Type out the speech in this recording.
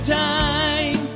time